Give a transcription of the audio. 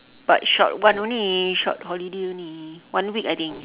but short one only short holiday only one week I think